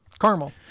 Caramel